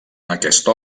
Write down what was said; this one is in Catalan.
aquesta